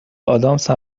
ادامس